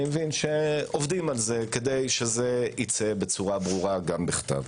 אני מבין שעובדים על זה כדי שזה ייצא בצורה ברורה גם בכתב.